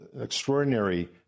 extraordinary